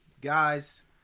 guys